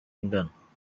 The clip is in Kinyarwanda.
ingana